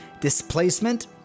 Displacement